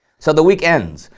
so the week ends,